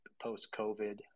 post-COVID